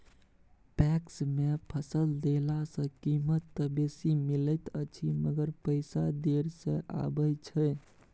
PACS मे फसल देला सॅ कीमत त बेसी मिलैत अछि मगर पैसा देर से आबय छै